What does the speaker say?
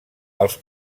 els